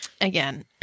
Again